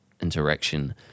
interaction